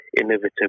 innovative